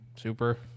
super